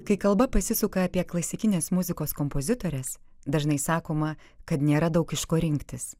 kai kalba pasisuka apie klasikinės muzikos kompozitores dažnai sakoma kad nėra daug iš ko rinktis